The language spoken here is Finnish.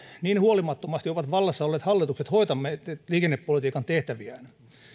niin huolimattomasti ovat vallassa olleet hallitukset hoitaneet liikennepolitiikan tehtäviään